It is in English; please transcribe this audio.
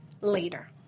later